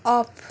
off